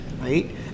right